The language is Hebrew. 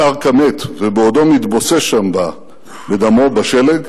והושאר כמת בעודו מתבוסס בדמו בשלג.